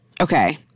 okay